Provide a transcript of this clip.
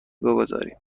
بگذاریم